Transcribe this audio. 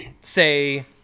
say